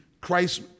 Christ